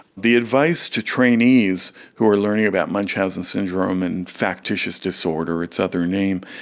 the advice to trainees who are learning about munchausen syndrome and factitious disorder, its other name,